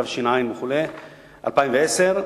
התש"ע 2010,